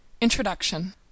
Introduction